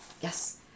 Yes